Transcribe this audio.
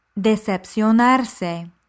Decepcionarse